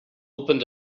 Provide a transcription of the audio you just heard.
opened